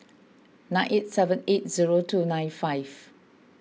nine eight seven eight zero two nine five